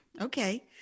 Okay